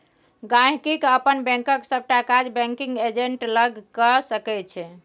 गांहिकी अपन बैंकक सबटा काज बैंकिग एजेंट लग कए सकै छै